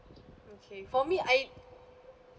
okay for me I